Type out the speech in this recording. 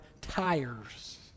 tires